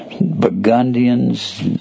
Burgundians